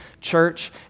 Church